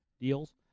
deals